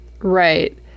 Right